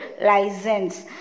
license